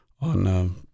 on